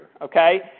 okay